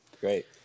great